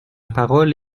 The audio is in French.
parole